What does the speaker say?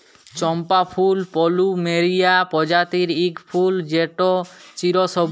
চম্পা ফুল পলুমেরিয়া প্রজাতির ইক ফুল যেট চিরসবুজ